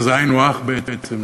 שזה היינו הך בעצם,